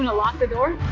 and lock the door?